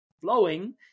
flowing